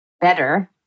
better